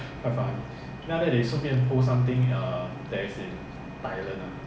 orh